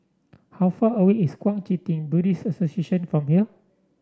how far away is Kuang Chee Tng Buddhist Association from here